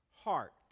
heart